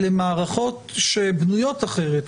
אלה מערכות שבנויות אחרת,